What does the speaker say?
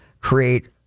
create